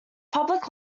public